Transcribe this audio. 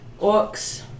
orcs